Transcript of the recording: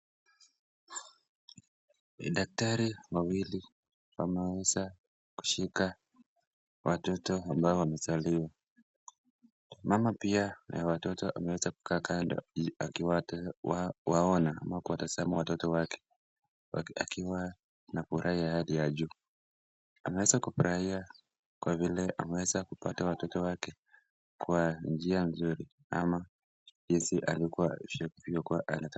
Mdaktari wawili wanaweza kusika watoto ambao wamezaliwa, Mama pia wa watoto ameweza kukaa kando akiwaona ama kutazama watoto wake akiwa na furaha ya hali ya juu. Ameweza kufurahia kwa sababu ameweza kupata watoto wake kwa njia mzuria ama kwa jinsi alivyokua anataka.